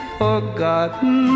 forgotten